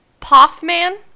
Poffman